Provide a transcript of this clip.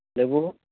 ᱞᱮᱵᱩ